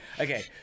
okay